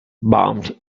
bombed